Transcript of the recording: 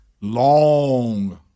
long